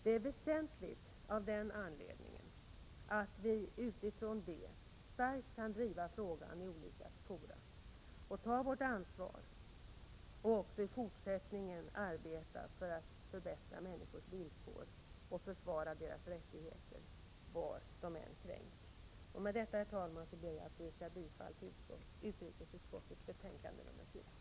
Det är väsentligt av den anledningen att vi utifrån den enigheten starkt kan driva frågan i olika fora och ta vårt ansvar samt också i fortsättningen arbeta för att förbättra människors villkor och försvara deras rättigheter var de än kränks. Med detta, herr talman, ber jag att få yrka bifall till utrikesutskottets hemställan i betänkande nr 4.